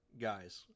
guys